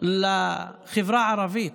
לחברה הערבית,